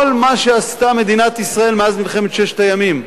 כל מה שעשתה מדינת ישראל מאז מלחמת ששת הימים,